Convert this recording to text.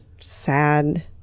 sad